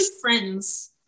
friends